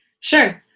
Sure